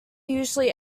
usually